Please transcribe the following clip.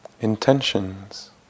intentions